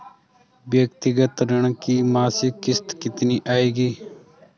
व्यक्तिगत ऋण की मासिक किश्त कितनी आएगी?